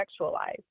sexualized